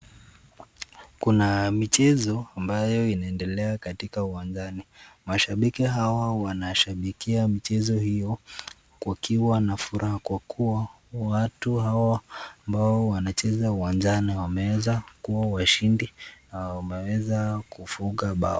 Kuna michezo ambayo inaendelea katika uwanjani mashabiki hawa wanashabikia michezo hiyo wakiwa na furaha kwa kuwa watu hawa ambao wanacheza uwanjani wameweza kuwa washindi na wameweza kufunga mbao.